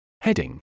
Heading